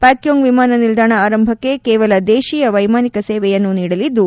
ಪಾಕ್ಲೋಂಗ್ ವಿಮಾನ ನಿಲ್ಲಾಣ ಆರಂಭಕ್ ಕೇವಲ ದೇತೀಯ ವೈಮಾನಿಕ ಸೇವೆಯನ್ನು ನೀಡಲಿದ್ದು